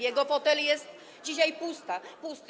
Jego fotel jest dzisiaj pusty.